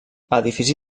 edifici